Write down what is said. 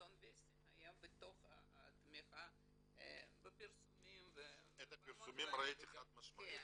עיתון וסטי היה בתמיכה בפרסומים --- את הפרסומים ראיתי חד משמעית.